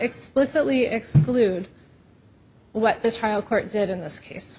explicitly exclude what the trial court said in this case